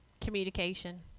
Communication